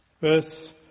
verse